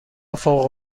فوق